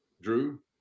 Drew